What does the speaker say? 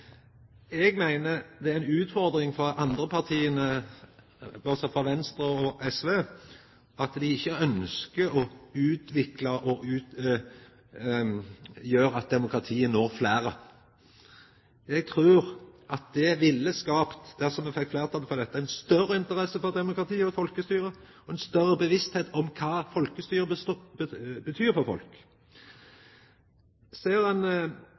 Eg meiner det er ei utfordring for dei andre partia – bortsett frå Venstre og SV – at dei ikkje ønskjer at demokratiet skal nå fleire. Eg trur det ville skapt – dersom me fekk fleirtal for dette – ei større interesse for demokratiet og folkestyret og ei større bevisstheit om kva folkestyret betyr for folk. I og med at dette er ein